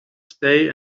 stay